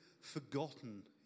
forgotten